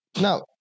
Now